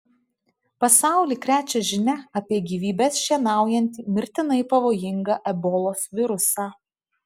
pasaulį krečia žinia apie gyvybes šienaujantį mirtinai pavojingą ebolos virusą